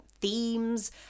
themes